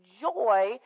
joy